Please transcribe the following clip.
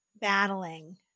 battling